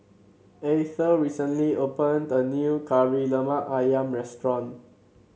Eithel recently opened a new Kari Lemak ayam restaurant